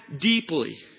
deeply